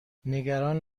نگران